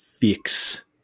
fix